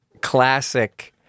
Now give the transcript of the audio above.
classic